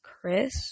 Chris